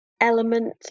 element